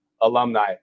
alumni